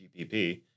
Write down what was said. GPP